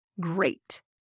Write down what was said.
great